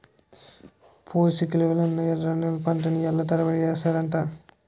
పోసకిలువలున్న ఎర్రకందుల పంటని ఏళ్ళ తరబడి ఏస్తన్నారట